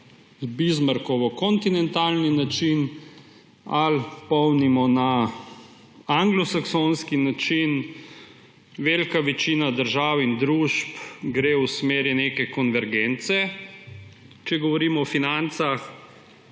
Bismarckov kontinentalni način ali polnimo na anglosaksonski način, velika večina držav in družb gre v smeri neke konvergence, če govorimo o financah,